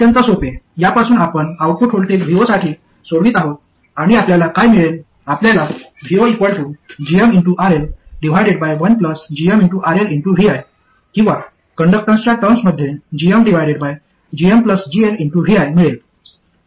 अत्यंत सोपे यापासून आपण आउटपुट व्होल्टेज vo साठी सोडवित आहोत आणि आपल्याला काय मिळेल आपल्याला vogmRL1gmRLvi किंवा कंडक्टन्सच्या टर्म्समध्ये gmgmGLvi मिळेल